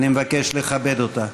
אני מבקש לכבד אותה.